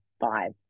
five